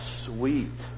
sweet